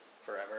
forever